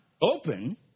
open